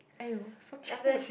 !aiyo! so cute